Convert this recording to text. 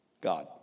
God